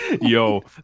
yo